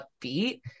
upbeat